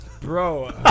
Bro